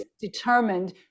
determined